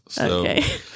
Okay